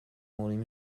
molding